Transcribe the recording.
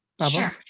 Sure